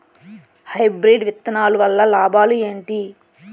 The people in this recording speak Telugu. హైబ్రిడ్ విత్తనాలు వల్ల లాభాలు ఏంటి?